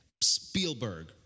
Spielberg